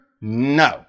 no